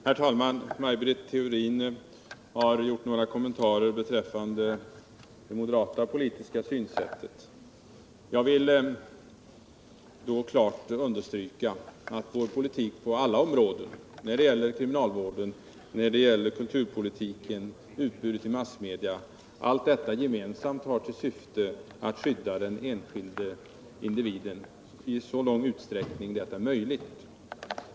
Herr talman! Maj Britt Theorin har gjort några kommentarer beträffande det moderata politiska synsättet. Jag vill då klart understryka att vår politik på alla områden — det gäller kriminalvården, kulturpolitiken, utbudet i massmedia m.m. — gemensamt har till syfte att skydda den enskilda individen i så stor utsträckning som möjligt.